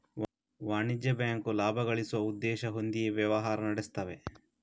ವಾಣಿಜ್ಯ ಬ್ಯಾಂಕು ಲಾಭ ಗಳಿಸುವ ಉದ್ದೇಶ ಹೊಂದಿಯೇ ವ್ಯವಹಾರ ನಡೆಸ್ತವೆ